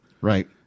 Right